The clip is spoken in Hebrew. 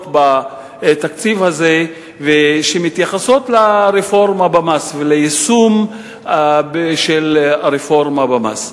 בתקציב הזה שמתייחסות לרפורמה במס וליישום של הרפורמה במס.